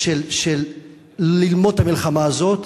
של ללמוד את המלחמה הזאת,